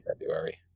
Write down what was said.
February